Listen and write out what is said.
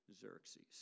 Xerxes